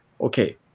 okay